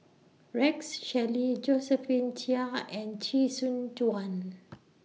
Rex Shelley Josephine Chia and Chee Soon Juan